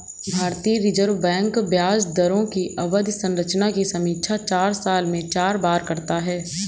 भारतीय reserve bank ब्याज दरों की अवधि संरचना की समीक्षा साल में चार बार करता है